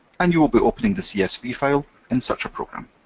and you will be opening the csv file in such a program.